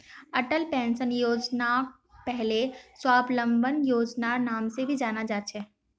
Atal pension योजनाक पहले स्वाबलंबन योजनार नाम से भी जाना जा छे